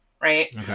right